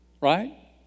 Right